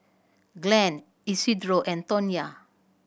Glen Isidro and Tonya